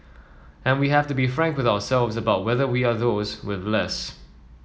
and we have to be frank with ourselves about whether we are those with less